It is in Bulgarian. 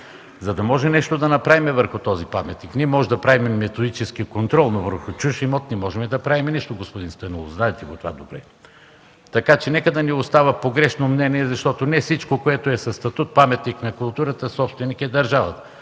За да можем нещо да направим върху този паметник, ние можем да осъществяваме методически контрол, но върху чужд имот не можем да направим нищо, господин Станилов. Знаете това добре. Така че нека да не остава погрешно мнение, защото не на всичко, което е със статут „паметник на културата”, собственик е държавата.